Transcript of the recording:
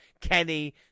Kenny